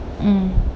mm